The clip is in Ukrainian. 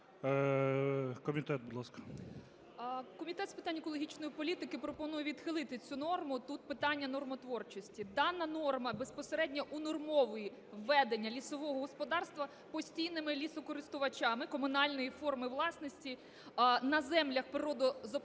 Комітет з питань екологічної політики пропонує відхилити цю норму. Тут питання нормотворчості. Дана норма безпосередньо унормовує ведення лісового господарства постійними лісокористувачами комунальної форми власності на землях природно-заповідного